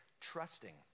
trusting